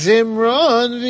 Zimron